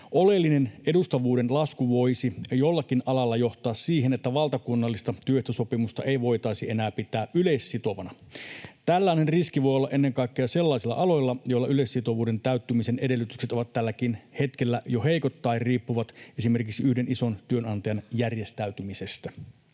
Oleellinen edustavuuden lasku voisi jollakin alalla johtaa siihen, että valtakunnallista työehtosopimusta ei voitaisi enää pitää yleissitovana. Tällainen riski voi olla ennen kaikkea sellaisilla aloilla, joilla yleissitovuuden täyttymisen edellytykset ovat tälläkin hetkellä jo heikot tai riippuvat esimerkiksi yhden ison työnantajan järjestäytymisestä.